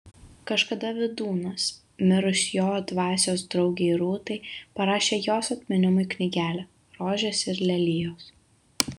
kažkada vydūnas mirus jo dvasios draugei rūtai parašė jos atminimui knygelę rožės ir lelijos